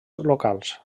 locals